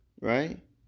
right